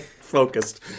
Focused